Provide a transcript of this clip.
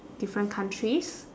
different countries